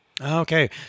Okay